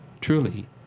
truly